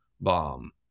bomb